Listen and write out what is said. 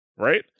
right